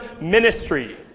ministry